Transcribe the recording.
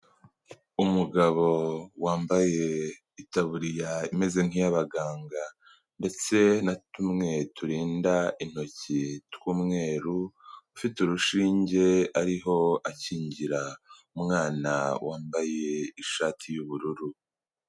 Umugabo wambaye itaburiya imeze nk'iy'abaganga, ndetse na tumwe turinda intoki tw'umweru, ufite urushinge ariho akingira umwana wambaye ishati y'ubururu.